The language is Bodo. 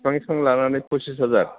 बिफां थिफां लानानै फसिस हाजार